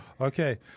Okay